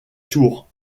tour